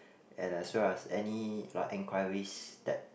and as well as any like enquiries that